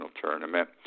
tournament